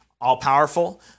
all-powerful